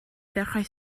ddechrau